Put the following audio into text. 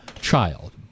child